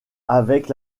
avec